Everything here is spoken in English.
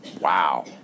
Wow